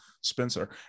Spencer